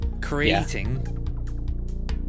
creating